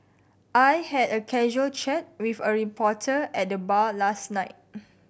I had a casual chat with a reporter at a bar last night